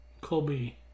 Colby